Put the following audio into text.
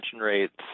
rates